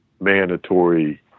mandatory